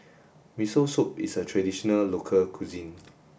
Miso Soup is a traditional local cuisine